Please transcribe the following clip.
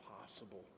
possible